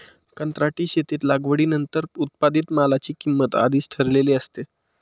कंत्राटी शेतीत लागवडीनंतर उत्पादित मालाची किंमत आधीच ठरलेली असते